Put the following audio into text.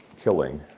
killing